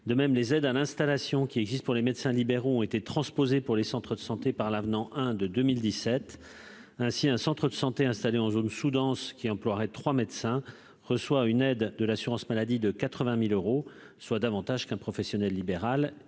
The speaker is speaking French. De même, les aides à l'installation destinées aux médecins libéraux ont été transposées pour les centres de santé par l'avenant n° 1 de 2017. Ainsi, un centre de santé installé en zone sous-dense qui emploie trois médecins reçoit une aide de l'assurance maladie de 80 000 euros, soit plus qu'un professionnel libéral.